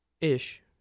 Ish